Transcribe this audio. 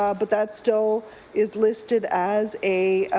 ah but that's still is listed as a